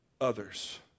others